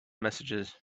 messages